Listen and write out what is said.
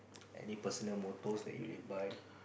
any personal mottos that you live by